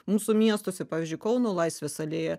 mūsų miestuose pavyzdžiui kauno laisvės alėja